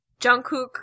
Jungkook